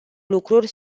lucruri